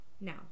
Now